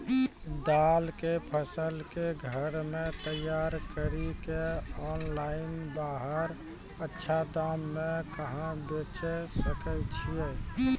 दाल के फसल के घर मे तैयार कड़ी के ऑनलाइन बाहर अच्छा दाम मे कहाँ बेचे सकय छियै?